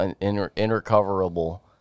irrecoverable